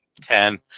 Ten